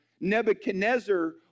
Nebuchadnezzar